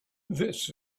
this